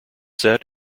set